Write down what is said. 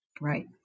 Right